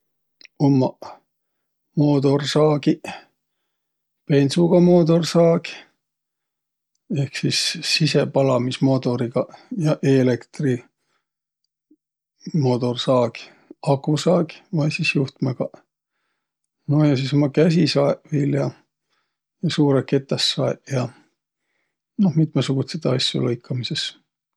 Ummaq moodorsaagiq: bendsuga moodorsaag, ehk sis sisepalamismoodorigaq ja eelektrimoodorsaag – akusaag vai sis juhtmõgaq. Ja sis ummaq käsisaeq viil ja, ja suurõq ketässaeq ja. Noh, mitmõsugutsidõ asjo lõikamisõs.